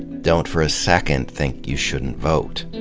don't for a second think you shouldn't vote.